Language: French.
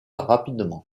rapidement